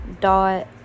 dot